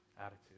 attitude